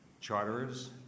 charterers